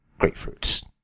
grapefruits